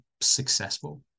successful